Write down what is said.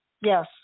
Yes